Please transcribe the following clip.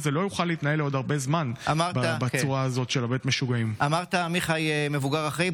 אומר השר גלנט: מדינת ישראל,